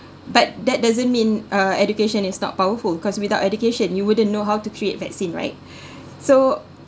but that doesn't mean uh education is not powerful because without education you wouldn't know how to create vaccine right so